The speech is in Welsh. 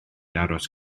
aros